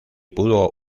pudo